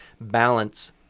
balance